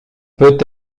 peut